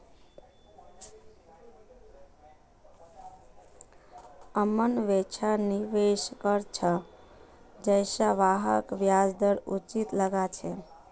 अमन वैछा निवेश कर छ जैछा वहाक ब्याज दर उचित लागछे